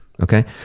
Okay